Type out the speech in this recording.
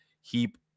heap